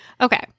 Okay